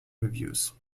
reviews